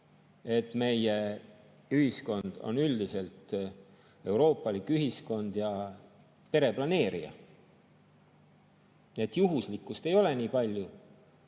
et meie ühiskond on üldiselt euroopalik ühiskond ja pereplaneerija, juhuslikkust ei ole nii palju.